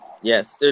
Yes